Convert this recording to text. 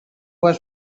were